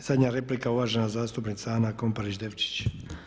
I zadnja replika uvažena zastupnica Ana Komparić Devčić.